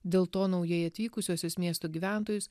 dėl to naujai atvykusiuosius miestų gyventojus